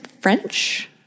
French